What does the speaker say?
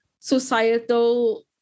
societal